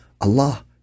Allah